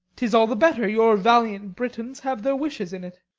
tis all the better your valiant britons have their wishes in it.